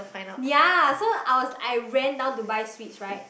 ya so I was I ran down to buy sweets right